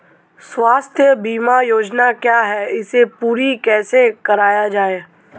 स्वास्थ्य बीमा योजना क्या है इसे पूरी कैसे कराया जाए?